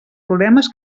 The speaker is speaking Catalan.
problemes